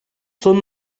són